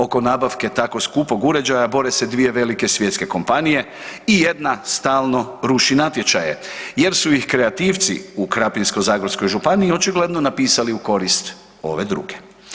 Oko nabavke tako skupog uređaja bore se dvije velike svjetske kompanije i jedna stalno ruši natječaje jer su ih kreativci u Krapinsko-zagorskoj županiji očigledno napisali u korist ove druge.